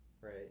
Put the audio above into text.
Right